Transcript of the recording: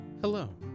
Hello